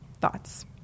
thoughts